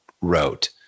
wrote